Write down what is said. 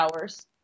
hours